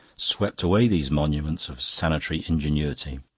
swept away these monuments of sanitary ingenuity.